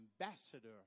ambassador